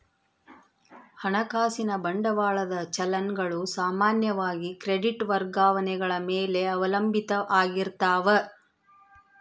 ಹಣಕಾಸಿನ ಬಂಡವಾಳದ ಚಲನ್ ಗಳು ಸಾಮಾನ್ಯವಾಗಿ ಕ್ರೆಡಿಟ್ ವರ್ಗಾವಣೆಗಳ ಮೇಲೆ ಅವಲಂಬಿತ ಆಗಿರ್ತಾವ